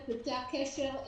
את פרטי הקשר,